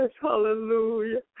Hallelujah